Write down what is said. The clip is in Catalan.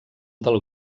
del